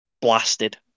blasted